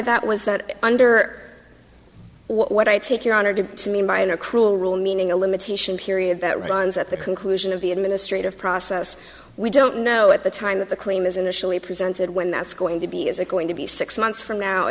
that was that under what i take your honor to mean by the cruel rule meaning a limitation period that runs at the conclusion of the administrative process we don't know at the time that the claim is initially presented when that's going to be is it going to be six months from now a